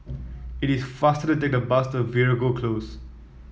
it is faster to take the bus to Veeragoo Close